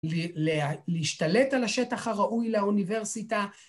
להשתלט על השטח הראוי לאוניברסיטה.